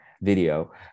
Video